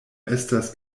estas